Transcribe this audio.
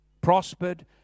prospered